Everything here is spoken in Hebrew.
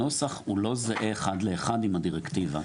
הנוסח הוא לא זהה אחד לאחד עם הדירקטיבה.